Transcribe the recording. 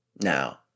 Now